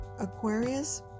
aquarius